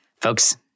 folks